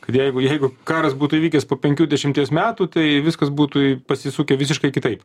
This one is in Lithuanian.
kad jeigu jeigu karas būtų įvykęs po penkių dešimties metų tai viskas būtų į pasisukę visiškai kitaip